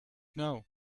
know